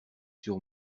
sur